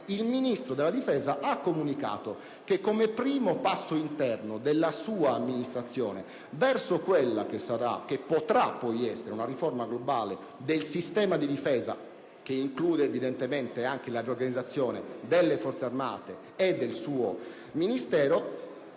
il Ministro della difesa ha comunicato che, come primo passo interno della sua amministrazione verso la futura riforma globale del sistema di Difesa, che include anche la riorganizzazione delle Forze armate e del suo Ministero,